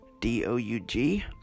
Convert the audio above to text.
D-O-U-G